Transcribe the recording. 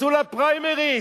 תצאו לפריימריז.